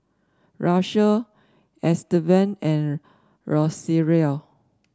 Russel Estevan and Rosario